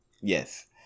Yes